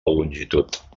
longitud